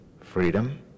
freedom